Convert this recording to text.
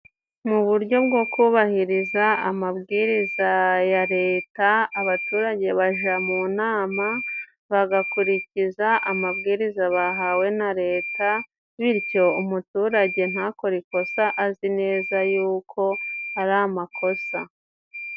Mu buryo bwo kubahiriza amabwiriza ya Leta, abaturage baja mu nama bagakurikiza amabwiriza bahawe na Leta, bityo umuturage ntakore ikosa azi neza y'uko ari amakosa.